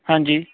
ਹਾਂਜੀ